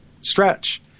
stretch